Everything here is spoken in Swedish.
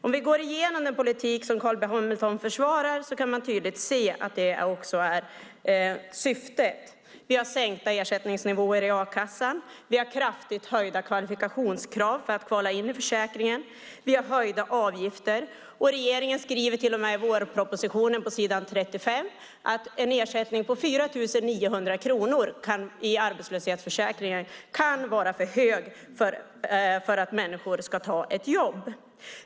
Om vi går igenom den politik som Carl B Hamilton försvarar kan vi tydligt se att det är syftet. Vi har sänkta ersättningsnivåer i a-kassan. Vi har kraftigt höjda kvalifikationskrav för att kvala in i försäkringen. Vi har höjda avgifter. Regeringen skriver till och med i vårpropositionen, på s. 35, att en ersättning på 4 900 kronor i arbetslöshetsförsäkringen kan vara för hög för att människor ska ta ett jobb.